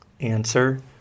Answer